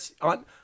on